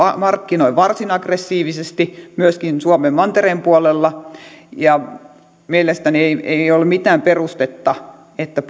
markkinoi varsin aggressiivisesti myöskin suomen mantereen puolella ja mielestäni ei ole mitään perustetta että